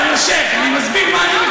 אני מסביר מה אני,